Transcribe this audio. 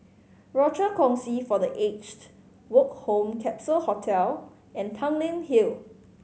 Rochor Kongsi for The Aged Woke Home Capsule Hostel and Tanglin Hill